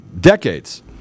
decades